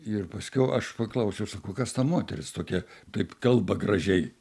ir paskiau aš paklausiau sakau kas ta moteris tokia taip kalba gražiai